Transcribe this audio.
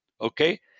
Okay